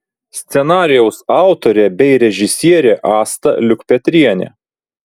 scenarijaus autorė bei režisierė asta liukpetrienė